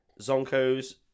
zonko's